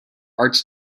arts